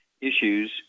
issues